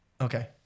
Okay